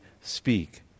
speak